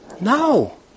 No